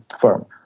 firm